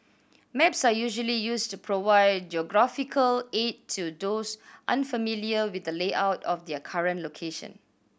maps are usually used to provide geographical aid to those unfamiliar with the layout of their current location